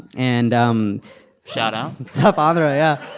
and. um shout-out south andhra, yeah.